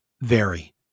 vary